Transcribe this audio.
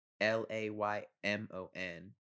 L-A-Y-M-O-N